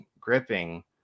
gripping